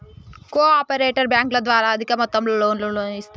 co operative బ్యాంకుల ద్వారా అధిక మొత్తంలో లోన్లను ఇస్తున్నరు